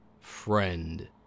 friend